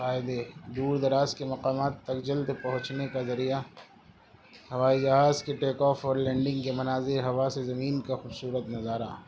فائدے دور دراز کے مقامات پر جلد پہنچے کا ذریعہ ہوائی جہاز کے ٹیک آف اور لینڈنگ کے مناظر ہوا سے زمین کا خوبصورت نظارہ